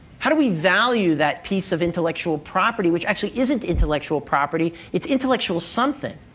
how do we value that piece of intellectual property which actually isn't intellectual property? it's intellectual something.